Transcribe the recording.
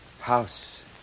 House